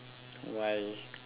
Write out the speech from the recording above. why